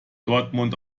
dortmund